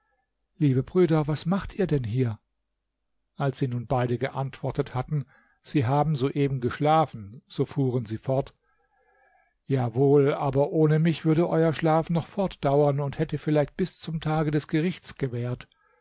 liebe brüder was macht ihr denn hier als sie nun beide geantwortet hatten sie haben soeben geschlafen so fuhren sie fort ja wohl aber ohne mich würde euer schlaf noch fortdauern und hätte vielleicht bis zum tage des gerichts gewährt